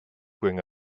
bring